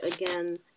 again